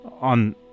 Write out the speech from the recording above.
on